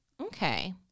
Okay